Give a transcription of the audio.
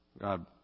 God